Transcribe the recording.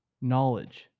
knowledge